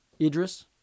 Idris